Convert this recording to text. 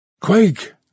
Quake